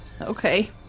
Okay